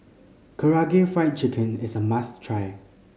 Karaage Fried Chicken is a must try